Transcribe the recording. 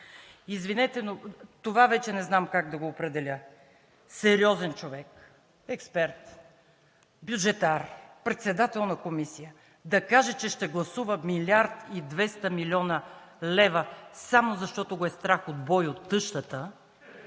Извинете, но това вече не знам как да го определя? Сериозен човек, експерт, бюджетар, председател на комисия, да каже, че ще гласува милиард и двеста милиона лева само защото го е страх от бой от тъщата